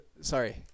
sorry